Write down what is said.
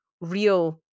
real